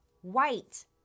white